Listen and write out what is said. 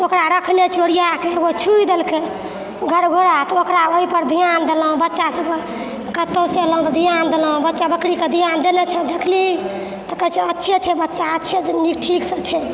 तऽ ओकरा रखने छी ओरियाकऽ ओकरा छुइ देलकै घुरघुरा तऽ ओकरा ओहिपर ध्यान देलहुँ बच्चासभ कतहुसँ एलहुँ तऽ ध्यान देलहुँ बच्चा बकरीके ध्यान देने छै देखलही तऽ कहै छै अच्छे छै बच्चा अच्छेसँ नीक ठीकसँ छै